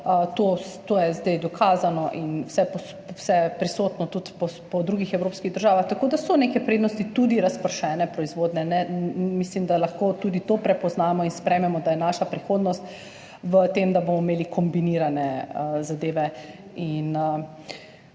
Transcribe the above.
to je zdaj dokazano in vseprisotno tudi v drugih evropskih državah, tako da so neke prednosti tudi razpršene proizvodnje. Mislim, da lahko tudi to prepoznamo in sprejmemo, da je naša prihodnost v tem, da bomo imeli kombinirane zadeve.